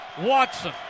Watson